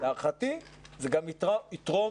להערכתי זה גם יתרום.